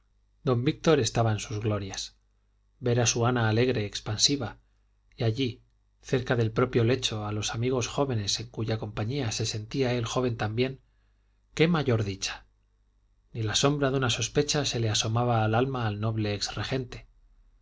don víctor estaba en sus glorias ver a su anita alegre expansiva y allí cerca del propio lecho a los amigos jóvenes en cuya compañía se sentía él joven también qué mayor dicha ni la sombra de una sospecha se le asomaba al alma al noble ex regente